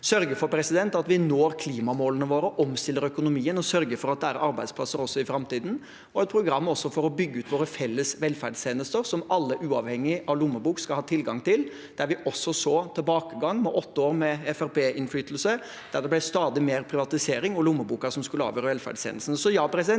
sørge for at vi når klimamålene våre og omstiller økonomien, og sørge for at det er arbeidsplasser også i framtiden. Hurdalsplattformen er også et program for å bygge ut våre felles velferdstjenester, som alle, uavhengig av lommebok, skal ha tilgang til, der vi også så tilbakegang under åtte år med FrP-innflytelse ved at det ble stadig mer privatisering og lommeboka som skulle avgjøre velferdstjenestene.